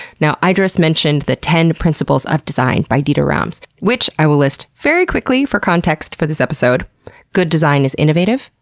now, iddris mentioned the ten principles of design by dieter rams. which i will list very quickly for context for this episode good design is innovative.